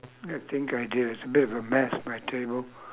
I think I did it's a bit of a mess my table